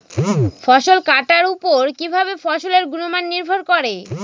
ফসল কাটার উপর কিভাবে ফসলের গুণমান নির্ভর করে?